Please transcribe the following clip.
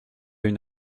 une